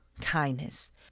kindness